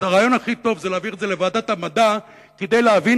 הרעיון הכי טוב זה להעביר את זה לוועדת המדע כדי להבין